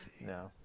no